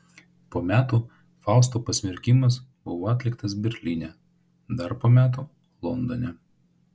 po metų fausto pasmerkimas buvo atliktas berlyne dar po metų londone